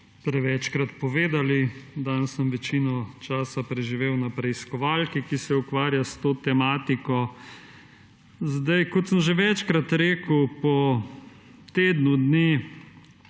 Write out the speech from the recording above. prevečkrat povedali. Danes sem večino časa preživel na preiskovalki, ki se ukvarja s to tematiko. Kot sem že večkrat rekel, po tednu dni